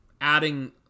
adding